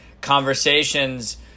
conversations